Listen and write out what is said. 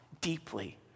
deeply